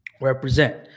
represent